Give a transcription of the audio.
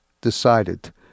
decided